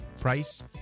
price